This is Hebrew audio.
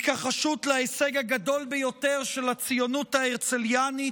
התכחשות להישג הגדול של הציונית ההרציליאנית,